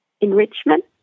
enrichment